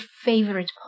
favorite